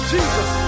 Jesus